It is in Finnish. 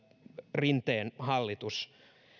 rinteen hallitus